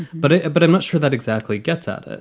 but ah but i'm not sure that exactly gets out. ah